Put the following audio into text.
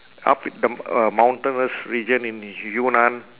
up the uh mountainous region in yunnan